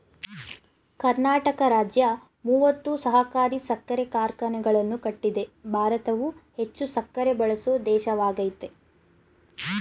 ಕರ್ನಾಟಕ ರಾಜ್ಯ ಮೂವತ್ತು ಸಹಕಾರಿ ಸಕ್ಕರೆ ಕಾರ್ಖಾನೆಗಳನ್ನು ಕಟ್ಟಿದೆ ಭಾರತವು ಹೆಚ್ಚು ಸಕ್ಕರೆ ಬಳಸೋ ದೇಶವಾಗಯ್ತೆ